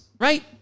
right